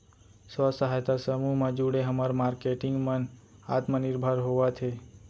स्व सहायता समूह म जुड़े हमर मारकेटिंग मन आत्मनिरभर होवत हे